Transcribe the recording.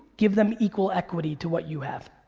give them equal equity to what you have.